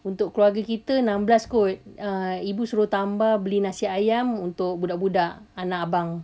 untuk keluarga kita enam belas kot uh ibu suruh tambah nasi ayam untuk budak-budak anak abang